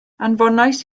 anfonais